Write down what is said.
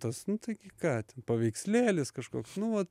tas nu taigi ką ten paveikslėlis kažkoks nu va